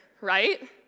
right